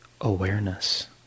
awareness